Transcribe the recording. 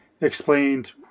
explained